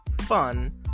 fun